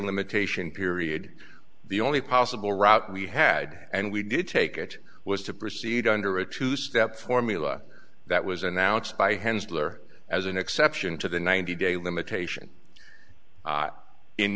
limitation period the only possible route we had and we did take it was to proceed under a two step formula that was announced by handler as an exception to the ninety day limitation